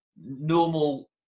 normal